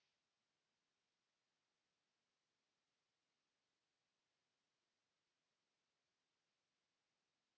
Kiitos,